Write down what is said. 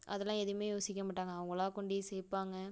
அதெல்லாம் எதுவுமே யோசிக்க மாட்டாங்கள் அவங்களா கொண்டு சேர்ப்பாங்க